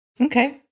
Okay